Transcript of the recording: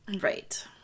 Right